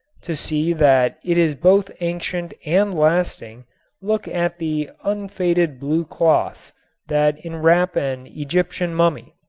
to see that it is both ancient and lasting look at the unfaded blue cloths that enwrap an egyptian mummy.